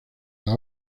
las